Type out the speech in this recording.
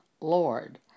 Lord